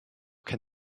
can